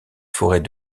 forêts